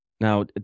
Now